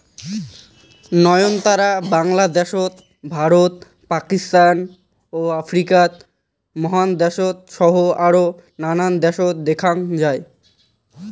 নয়নতারা বাংলাদ্যাশ, ভারত, পাকিস্তান ও আফ্রিকা মহাদ্যাশ সহ আরও নানান দ্যাশত দ্যাখ্যাং যাই